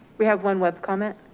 we have one web comment.